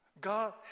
God